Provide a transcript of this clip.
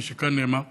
כפי שכאן נאמר.